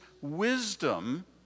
wisdom